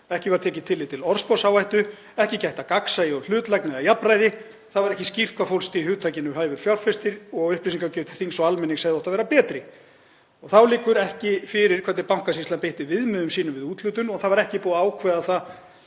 ekki var tekið tillit til orðsporsáhættu, ekki gætt að gagnsæi og hlutlægni eða jafnræði, ekki var ekki skýrt hvað fólst í hugtakinu „hæfur fjárfestir“ og upplýsingagjöf til þings og almennings hefði átt að vera betri. Þá liggur ekki fyrir hvernig Bankasýslan beitti viðmiðum sínum við úthlutun og það var ekki búið að ákveða